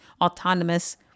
autonomous